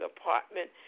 apartment